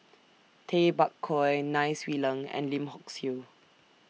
Tay Bak Koi Nai Swee Leng and Lim Hock Siew